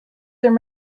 there